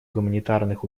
гуманитарных